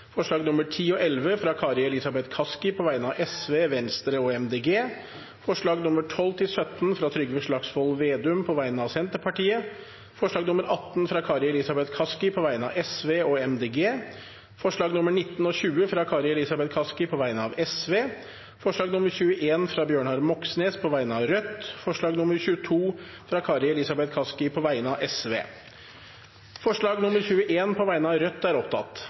forslag nr. 18, fra Kari Elisabeth Kaski på vegne av Sosialistisk Venstreparti og Miljøpartiet De Grønne forslagene nr. 19 og 20, fra Kari Elisabeth Kaski på vegne av Sosialistisk Venstreparti forslag nr. 21, fra Bjørnar Moxnes på vegne av Rødt forslag nr. 22, fra Kari Elisabeth Kaski på vegne av Sosialistisk Venstreparti Det voteres over forslag nr. 21, fra Rødt.